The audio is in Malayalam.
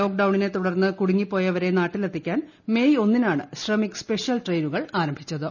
ലോക്ഡൌണിനെ തുടർന്ന് കൂടുങ്ങിപ്പോയവരെ നാട്ടിലെത്തിക്കാൻ മേയ് ഒന്നിനാണ് ശ്രമിക് സ്പെഷ്യൽ ട്രെയിനുകൾ ആരംഭിച്ചത്